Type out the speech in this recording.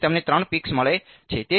તેથી તમને 3 પીક્સ મળે છે